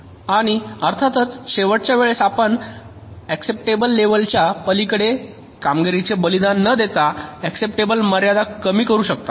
आणि अर्थातच शेवटच्या वेळेस आपण ऍक्सेप्टेबल लेवलच्या पलीकडे कामगिरीचे बलिदान न देता ऍक्सेप्टेबलची मर्यादा कमी करू शकता